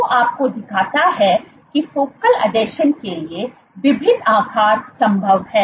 जो आपको दिखाता है कि फोकल आसंजन के लिए विभिन्न आकार संभव हैं